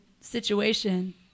situation